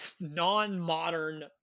non-modern